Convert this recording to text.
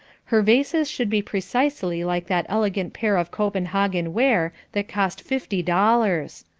her vases should be precisely like that elegant pair of copenhagen ware that cost fifty dollars.